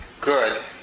good